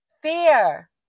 fear